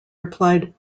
replied